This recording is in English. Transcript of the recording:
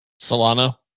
Solana